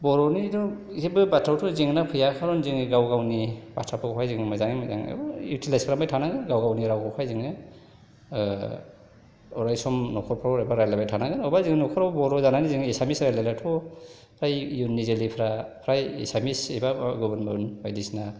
बर'निथ' जेबो बाथ्रायावथ' जेंना फैया खारन जोङो गाव गावनि बाथ्राखौहाय जों मोजाङै मोजां एबा इउटिलाइस खालामबाय थानांगोन गाव गावनियावहाय जोङो अरायसम न'खरफ्राव रायज्लायबाय थानांगोन नङाब्ला जों न'खराव बर' जानानै जोङो एसामिस रायज्लायबाथ' फ्राय इयुननि जोलैफ्रा फ्राय एसामिस एबा गुबुन गुबुन बायदिसिना